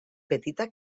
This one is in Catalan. petita